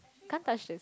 can't touch this